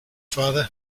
father